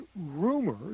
rumors